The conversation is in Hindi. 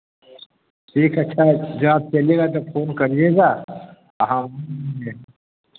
ठीक है अच्छा जब आप चलिएगा तब आप फोन करिएगा आ हम